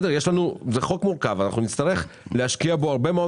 זה חוק מורכב ואנחנו נצטרך להשקיע בו הרבה מאוד